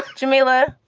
djamila.